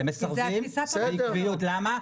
למה?